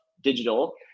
digital